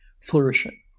flourishing